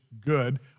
good